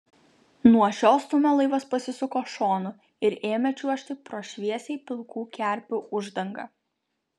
nuo šio stūmio laivas pasisuko šonu ir ėmė čiuožti pro šviesiai pilkų kerpių uždangą